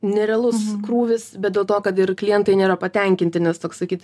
nerealus krūvis bet dėl to kad ir klientai nėra patenkinti nes toks sakyt